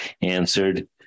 answered